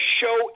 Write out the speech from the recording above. show